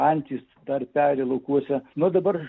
antys tarpelį laukuose nu dabar